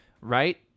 right